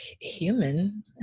human